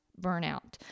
burnout